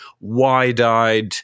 wide-eyed